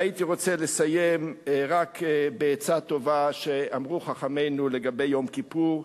והייתי רוצה לסיים רק בעצה טובה שאמרו חכמינו לגבי יום כיפור,